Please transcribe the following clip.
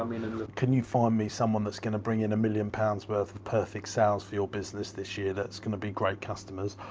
um can you find me someone that's gonna bring in a million pounds worth of perfect sales for your business this year, that's gonna bring great customers?